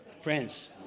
Friends